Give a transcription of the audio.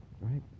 right